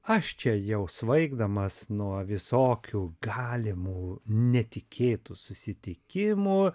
aš čia jau svaigdamas nuo visokių galimų netikėtų susitikimų